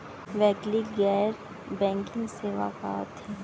वैकल्पिक गैर बैंकिंग सेवा का होथे?